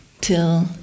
till